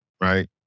Right